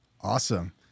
Awesome